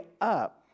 up